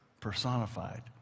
personified